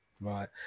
Right